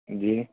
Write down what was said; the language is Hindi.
जी